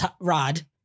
Rod